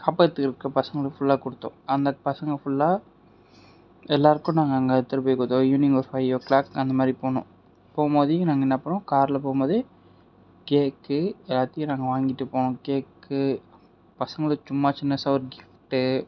காப்பகத்துக்கு இருக்க பசங்களுக்கு ஃபுல்லா கொடுத்தோம் அந்த பசங்க ஃபுல்லா எல்லோருக்கும் நாங்கள் அங்கே எடுத்துகிட்டு போய் கொடுத்தோம் ஈவினிங் ஒரு ஃபைவ் ஓ கிளாக் அந்தமாதிரி போனோம் போகும்போதே நாங்கள் என்ன பண்ணிணோம் காரில் போகும்போதே கேக் எல்லாத்தையும் நாங்கள் வாங்கிட்டு போனோம் கேக் பசங்களுக்கு சும்மா சின்னதாக ஒரு கிஃப்ட்